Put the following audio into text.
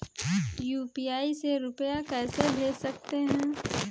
UPI से रुपया कैसे भेज सकते हैं?